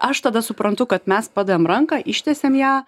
aš tada suprantu kad mes padavėm ranką ištiesėm ją